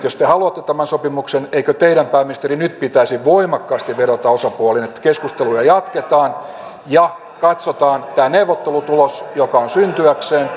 jos te haluatte tämän sopimuksen eikö teidän pääministeri nyt pitäisi voimakkaasti vedota osapuoliin että keskusteluja jatketaan ja katsotaan tämä neuvottelutulos joka on syntyäkseen